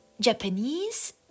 Japanese